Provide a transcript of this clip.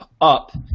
up